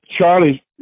Charlie